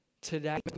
today